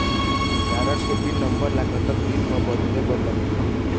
Card के pin number ला कतक दिन म बदले बर लगथे?